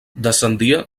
descendia